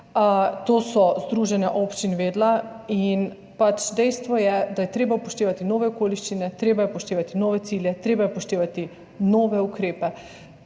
To so združenja občin vedela in dejstvo je, da je treba upoštevati nove okoliščine, treba je upoštevati nove cilje, treba je upoštevati nove ukrepe.